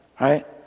right